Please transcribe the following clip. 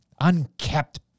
unkept